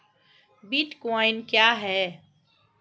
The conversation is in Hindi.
बिटकॉइन क्या है?